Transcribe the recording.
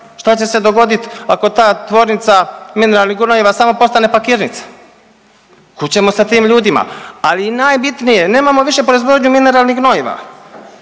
Šta će se dogoditi ako ta tvornica mineralnih gnojiva postane samo pakirnica? Kud ćemo sa tim ljudima? Ali i najbitnije, nemamo više proizvodnju mineralnih gnojiva.